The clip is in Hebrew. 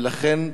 ולכן,